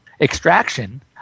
extraction